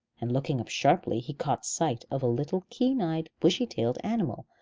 and looking up sharply, he caught sight of a little keen-eyed bushy-tailed animal,